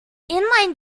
inline